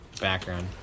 background